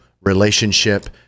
relationship